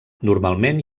normalment